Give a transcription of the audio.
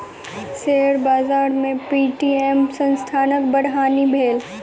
share बाजार में Paytm संस्थानक बड़ हानि भेल